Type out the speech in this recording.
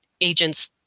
agents